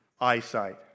Eyesight